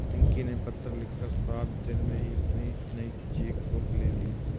पिंकी ने पत्र लिखकर सात दिन में ही अपनी नयी चेक बुक ले ली